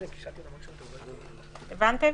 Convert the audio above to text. הבנתם?